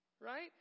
right